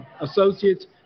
Associates